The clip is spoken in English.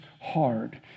hard